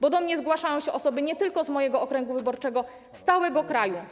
Do mnie zgłaszają się osoby nie tylko z mojego okręgu wyborczego, ale też z całego kraju.